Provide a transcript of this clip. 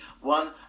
one